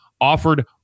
offered